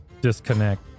disconnect